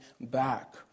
back